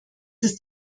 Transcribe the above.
ist